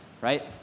right